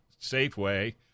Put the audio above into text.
Safeway